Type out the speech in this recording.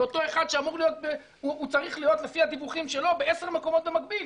ואותו אחד שצריך להיות לפי הדיווחים שלו בעשר מקומות במקביל,